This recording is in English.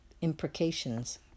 imprecations